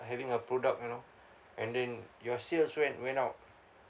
having a product you know and then your sales went went out